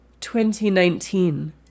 2019